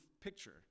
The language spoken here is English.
picture